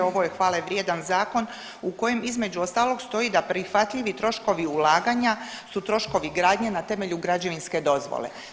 Ovo je hvalevrijedan zakon u kojem između ostalog stoji da prihvatljivi troškovi ulaganja su troškovi gradnje na temelju građevinske dozvole.